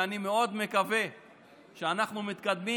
ואני מאוד מקווה שאנחנו מתקדמים,